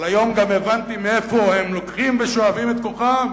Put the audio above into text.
אבל היום גם הבנתי מאיפה הם לוקחים ושואבים את כוחם.